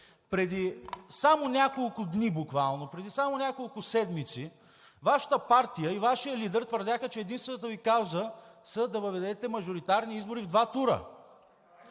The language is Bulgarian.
Преди буквално няколко дни, преди само няколко седмици Вашата партия и Вашият лидер твърдяха, че единствената Ви кауза е да въведете мажоритарни избори в два тура,